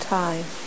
time